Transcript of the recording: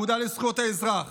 האגודה לזכויות האזרח,